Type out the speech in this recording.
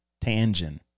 Tangent